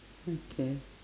mm k